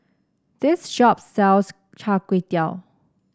this shop sells Char Kway Teow